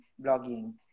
blogging